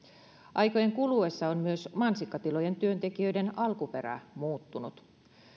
aikojen kuluessa on myös mansikkatilojen työntekijöiden alkuperä muuttunut